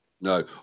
no